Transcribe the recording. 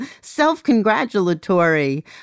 self-congratulatory